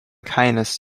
keines